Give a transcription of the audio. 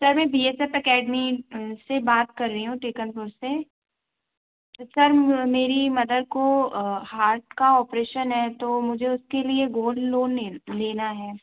sir मैं B S F academy से बात कर रही हूँ सेकंड फ्लोर से सर मेरी मदर को हार्ट का ऑपरेशन है तो मुझे उसके लिए गोल्ड लोन लेना है